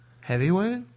heavyweight